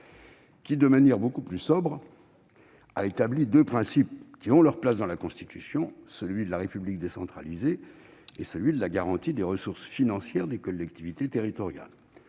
qui, de manière beaucoup plus sobre, a établi deux principes qui ont leur place dans la Constitution : celui de la République décentralisée et celui de la garantie des ressources financières des collectivités territoriales.